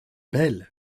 belle